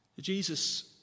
Jesus